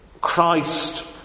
Christ